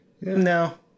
No